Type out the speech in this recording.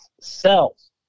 cells